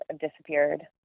disappeared